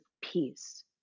peace